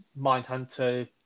Mindhunter